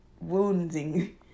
wounding